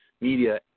media